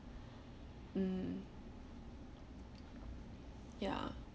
mm